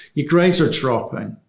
your grades are dropping.